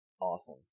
awesome